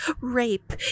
rape